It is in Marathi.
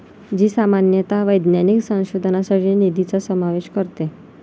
जी सामान्यतः वैज्ञानिक संशोधनासाठी निधीचा समावेश करते